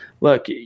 look